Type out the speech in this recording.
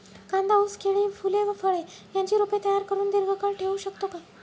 कांदा, ऊस, केळी, फूले व फळे यांची रोपे तयार करुन दिर्घकाळ ठेवू शकतो का?